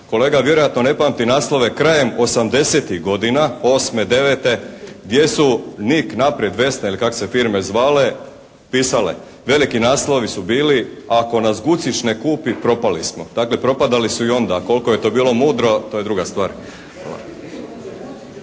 Kolega vjerojatno ne pamti naslove krajem 80-ih godina, 8., 9. gdje su "Nik", "Napred", "Vesna" ili kako su se firme zvale pisale, veliki naslovi su bili "Ako nas Gucić ne kupi propali smo". Dakle, propadali su i onda a koliko je to bilo mudro to je druga stvar.